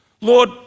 Lord